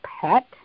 pet